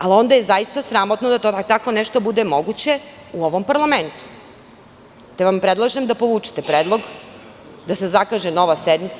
Ali, onda je zaista sramotno da tako nešto bude moguće u ovom parlamentu, te vam predlažem da povučete predlog, da se zakaže nova sednica.